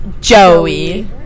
Joey